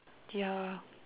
ya